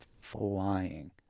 flying